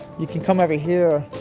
you can come over here.